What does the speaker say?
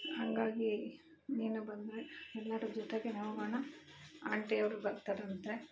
ಹಂಗಾಗಿ ನೀನು ಬಂದರೆ ಎಲ್ಲರು ಜೊತೆಗೆ ಹೋಗೋಣ ಆಂಟಿಯವರು ಬರ್ತಾರಂತೆ